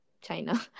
China